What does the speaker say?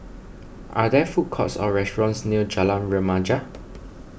are there food courts or restaurants near Jalan Remaja